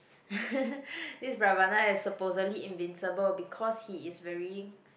this Ravana is supposedly invincible because he is very